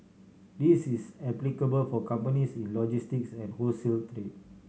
this is applicable for companies in logistics and wholesale trade